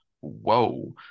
whoa